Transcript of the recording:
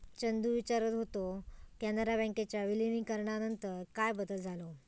चंदू विचारत होतो, कॅनरा बँकेच्या विलीनीकरणानंतर काय बदल झालो?